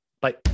bye